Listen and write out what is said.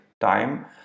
time